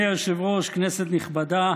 אדוני היושב-ראש, כנסת נכבדה,